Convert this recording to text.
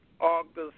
August